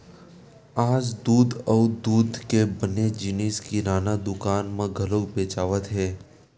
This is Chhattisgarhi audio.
आज दूद अउ दूद के बने जिनिस किराना दुकान म घलो बेचावत हे